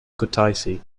kutaisi